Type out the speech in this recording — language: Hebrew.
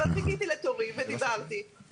אבל חיכיתי לתורי ודיברתי.